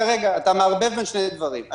אתה מערבב בין שני דברים.